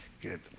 Good